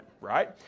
right